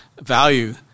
value